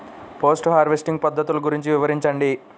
Post harvesting పద్ధతులు గురించి వివరించండి?